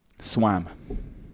Swam